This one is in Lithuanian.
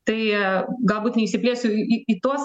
tai galbūt neįsiplėsiu į į tuos